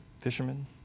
Fishermen